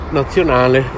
nazionale